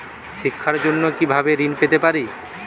শিক্ষার জন্য কি ভাবে ঋণ পেতে পারি?